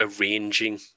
arranging